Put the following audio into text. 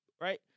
Right